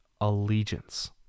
allegiance